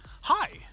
hi